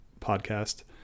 podcast